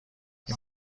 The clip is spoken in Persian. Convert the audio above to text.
این